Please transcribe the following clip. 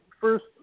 first